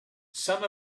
some